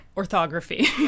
orthography